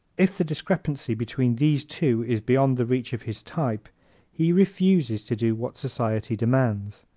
if the discrepancy between these two is beyond the reach of his type he refuses to do what society demands.